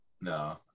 No